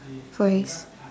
voice